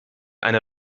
eine